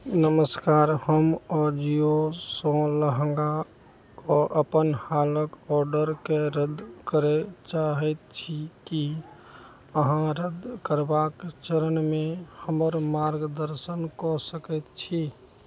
नमस्कार हम अजियोसँ लहँगाके अपन हालक ऑर्डरके रद्द करय चाहैत छी की अहाँ रद्द करबाक चरणमे हमर मार्गदर्शन कऽ सकैत छी